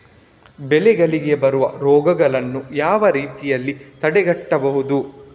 ಬೆಳೆಗಳಿಗೆ ಬರುವ ರೋಗಗಳನ್ನು ಯಾವ ರೀತಿಯಲ್ಲಿ ತಡೆಗಟ್ಟಬಹುದು?